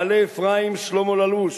מעלה-אפרים, שלמה ללוש,